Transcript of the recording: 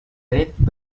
dret